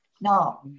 Now